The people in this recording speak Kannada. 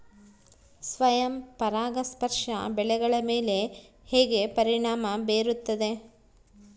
ಸ್ವಯಂ ಪರಾಗಸ್ಪರ್ಶ ಬೆಳೆಗಳ ಮೇಲೆ ಹೇಗೆ ಪರಿಣಾಮ ಬೇರುತ್ತದೆ?